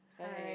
hi